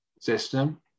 system